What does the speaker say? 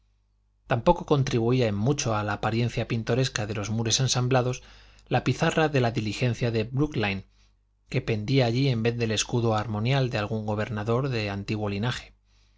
tampoco contribuía en mucho a la apariencia pintoresca de los muros ensamblados la pizarra de la diligencia de bróokline que pendía allí en vez del escudo armorial de algún gobernador de antiguo linaje